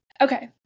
Okay